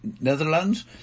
Netherlands